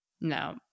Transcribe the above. no